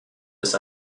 ist